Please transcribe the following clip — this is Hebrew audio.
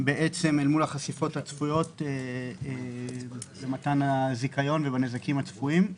אל מול החשיפות הצפויות למתן הזיכיון ובנזקים הצפויים.